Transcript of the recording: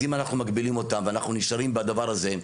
אם אנחנו מגבילים אותם ואנחנו נשארים בדבר הזה,